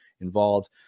involved